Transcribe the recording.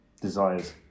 desires